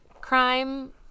crime